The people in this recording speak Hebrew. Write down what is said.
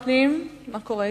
שר הפנים, מה קורה אתו?